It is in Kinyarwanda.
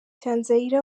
cyanzayire